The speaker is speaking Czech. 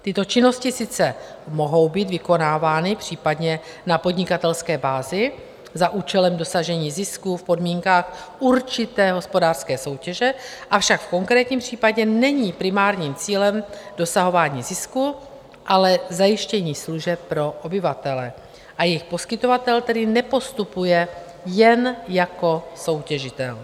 Tyto činnosti sice mohou být vykonávány případně na podnikatelské bázi za účelem dosažení zisku v podmínkách určité hospodářské soutěže, avšak v konkrétním případě není primárním cílem dosahování zisku, ale zajištění služeb pro obyvatele a jejich poskytovatele, který nepostupuje jen jako soutěžitel.